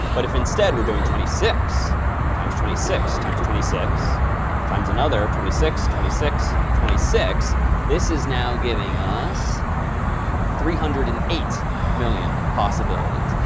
but if instead we're doing twenty six times twenty six times twenty six times another twenty six, twenty six, twenty six this is now giving us three hundred and eight million possibilities.